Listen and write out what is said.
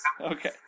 Okay